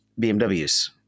BMWs